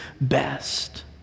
best